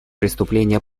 преступления